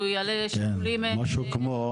והוא יעלה שיקולים --- משהו כמו,